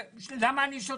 ולמה אני שותק?